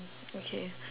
okay